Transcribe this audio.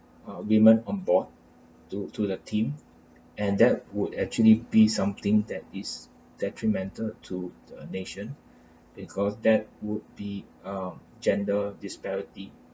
uh women on board to to the team and that would actually be something that is detrimental to the nation because that would be a gender disparity